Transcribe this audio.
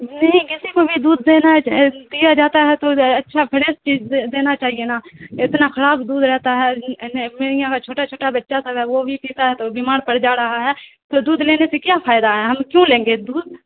نہیں کسی کو بھی دودھ دینا دیا جاتا ہے تو اچھا فریش چیز دینا چاہیے نا اتنا خراب دودھ رہتا ہے میرے یہاں کا چھوٹا چھوٹا بچہ سب ہے وہ بھی پیتا ہے تو بیمار پڑ جا رہا ہے تو دودھ لینے سے کیا فائدہ ہے ہم کیوں لیں گے دودھ